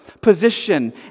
position